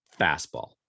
fastball